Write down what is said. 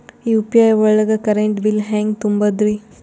UPI ಒಳಗ current bill ಹೆಂಗ್ ತುಂಬದ್ರಿ?